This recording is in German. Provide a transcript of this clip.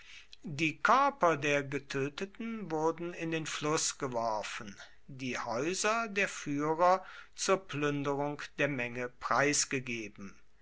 die körper der getöteten wurden in den fluß geworfen die häuser der führer zur plünderung der menge preisgegeben